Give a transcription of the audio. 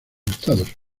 estados